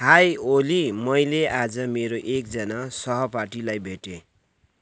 हेइ ओली मैले आज मेरो एकजना सहपाठीलाई भेटेँ